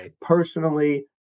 personally